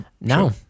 No